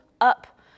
up